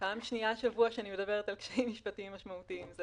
פעם שנייה השבוע שאני מדברת על קשיים משפטיים משמעותיים.